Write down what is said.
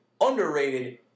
underrated